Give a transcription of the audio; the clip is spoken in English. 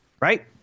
right